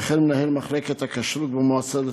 וכן מנהל מחלקת הכשרות במועצה הדתית,